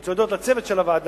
אני רוצה להודות לצוות של הוועדה,